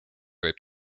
võib